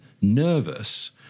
nervous